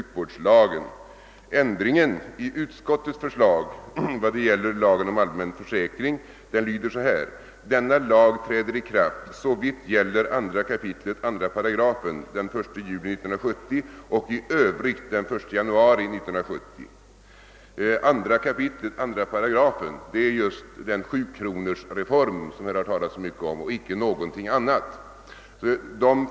Den föreslagna ändringen i utskottets förslag vad gäller lagen om allmän försäkring lyder på följande sätt: >Denna lag träder i kraft såvitt gäller 2 kap. 2 8 den 1 juli 1970 och i övrigt 1 januari 1970.» Och 2 kap. 2 § är just den sjukronorsreform som här talats så mycket om och ingenting annat.